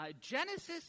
Genesis